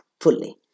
fully